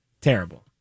Terrible